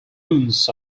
ruins